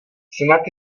snad